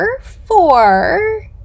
four